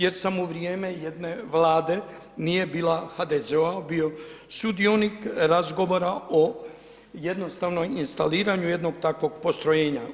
Jer sam u vrijeme jedne vlade, nije bila HDZ-ova bio sudionik razgovora o jednostavno instaliranju jednog takvog postrojenja.